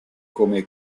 come